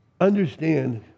understand